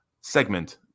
segment